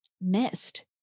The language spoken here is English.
missed